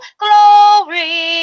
glory